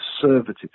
conservative